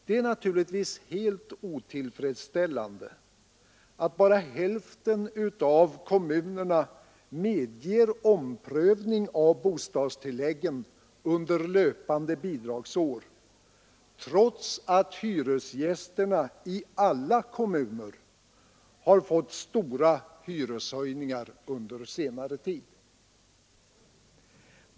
Det är naturligtvis helt otillfredsställande att bara hälften av kommunerna medger omprövning av bostadstilläggen under löpande bidragsår, trots att hyresgästerna i alla kommuner har fått stora hyreshöjningar under senare tid.